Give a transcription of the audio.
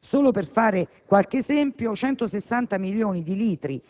Solo per fare qualche esempio, ricordo che 160 milioni di litri